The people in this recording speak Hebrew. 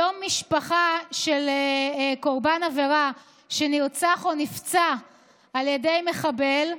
היום משפחה של קורבן עבירה שנרצח או נפצע על ידי מחבל,